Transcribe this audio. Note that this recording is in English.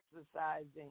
exercising